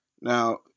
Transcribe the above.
Now